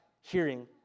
hearing